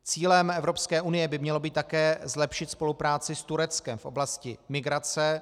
Cílem Evropské unie by mělo být také zlepšit spolupráci s Tureckem v oblasti migrace.